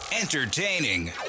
Entertaining